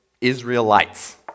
Israelites